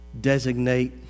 designate